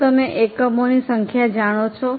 શું તમે એકમોની સંખ્યા જાણો છો